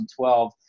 2012